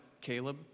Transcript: Caleb